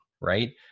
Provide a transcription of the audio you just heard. right